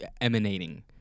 emanating